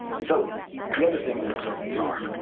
so the other thing that observables are.